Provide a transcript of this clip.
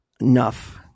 enough